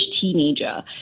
teenager